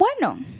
Bueno